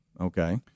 Okay